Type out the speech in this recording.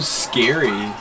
scary